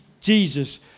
Jesus